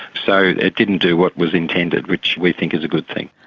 so it didn't do what was intended, which we think is a good thing.